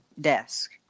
desk